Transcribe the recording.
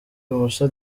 moussa